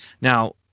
Now